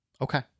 Okay